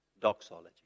doxology